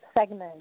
segment